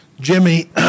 Jimmy